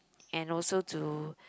and also to